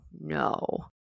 no